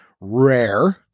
rare